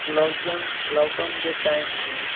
lockdown lockdown जे time